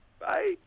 Bye